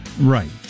Right